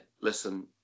listen